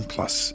Plus